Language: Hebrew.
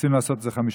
רצינו לעשות את זה 15%,